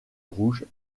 rouge